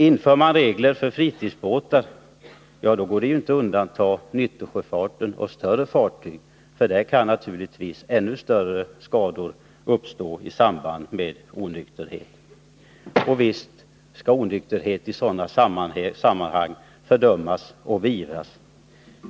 Inför man regler för fritidsbåtar kan man inte ha andra regler för nyttosjöfarten och större fartyg — med dem kan naturligtvis ännu större skador uppstå i samband med onykterhet. Och visst skall onykterhet i sådana sammanhang fördömas och beivras.